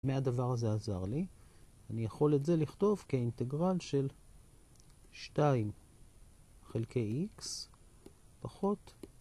מה הדבר הזה עזר לי? אני יכול את זה לכתוב כאינטגרל של 2 חלקי x פחות.